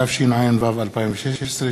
התשע"ו 2016,